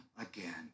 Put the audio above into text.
again